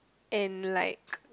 and like